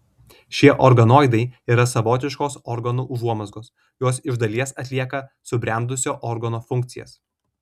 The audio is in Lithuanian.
šie organoidai yra savotiškos organų užuomazgos jos iš dalies atlieka subrendusio organo funkcijas